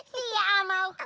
ya elmo.